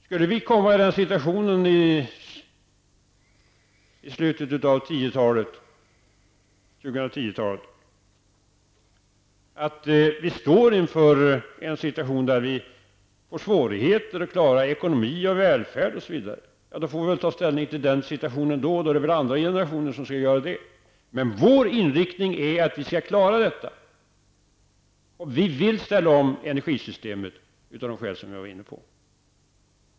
Skulle vi i slutet av 2010-talet komma i en situation där vi får svårigheter att klara ekonomin och välfärden får vi ta ställning till den situationen då. Då är det väl andra generationer som skall göra det, men vår inriktning är att vi skall klara detta. Vi vill ställa om energisystemet av de skäl som jag var inne på.